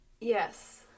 Yes